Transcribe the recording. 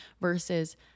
versus